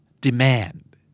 demand